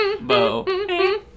Bo